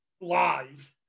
lies